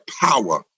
power